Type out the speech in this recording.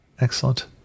Excellent